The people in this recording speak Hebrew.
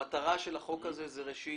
המטרה של הצעת החוק הזאת היא ראשית,